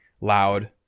loud